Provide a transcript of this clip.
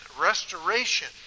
restoration